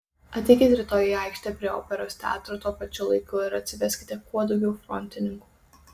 ateikit rytoj į aikštę prie operos teatro tuo pačiu laiku ir atsiveskite kuo daugiau frontininkų